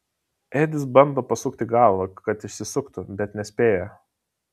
edis bando pasukti galvą kad išsisuktų bet nespėja